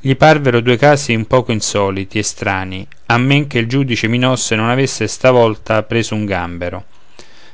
gli parvero due casi un poco insoliti e strani a men che il giudice minosse non avesse stavolta preso un gambero